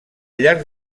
llarg